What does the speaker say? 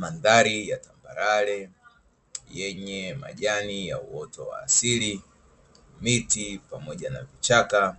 Mandhari ya tambarare yenye majani ya uoto wa asili, miti pamoja na vichaka